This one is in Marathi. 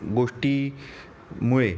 गोष्टी मुळे